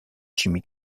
jimmy